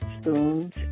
spoons